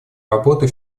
работы